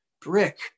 brick